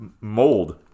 mold